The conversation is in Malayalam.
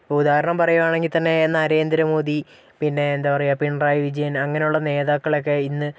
ഇപ്പൊൾ ഉദാഹരണം പറയുവാണെങ്കിൽ തന്നെ നരേന്ദ്രമോദി പിന്നെ എന്താ പറയുക പിണറായി വിജയൻ അങ്ങനെയുള്ള നേതാക്കളൊക്കെ ഇന്ന്